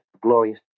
glorious